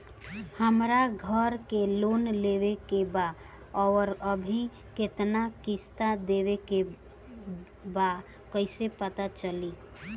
हमरा घर के लोन लेवल बा आउर अभी केतना किश्त देवे के बा कैसे पता चली?